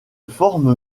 forme